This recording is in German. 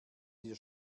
dir